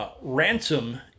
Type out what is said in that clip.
Ransom